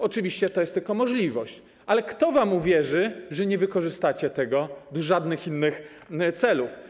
Oczywiście to jest tylko możliwość, ale kto wam uwierzy, że nie wykorzystacie tego do żadnych innych celów?